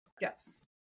Yes